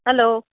hello